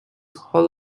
hall